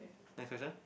next question